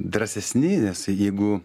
drąsesni nes jeigu